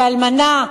באלמנה,